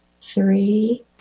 three